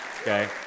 okay